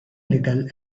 little